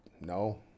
no